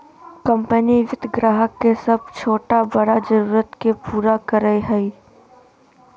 company वित्त ग्राहक के सब छोटा बड़ा जरुरत के पूरा करय हइ